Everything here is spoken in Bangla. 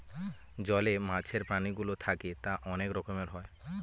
জলে মাছের প্রাণীগুলো থাকে তা অনেক রকমের হয়